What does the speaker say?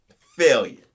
Failure